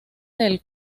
del